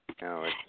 No